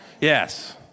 Yes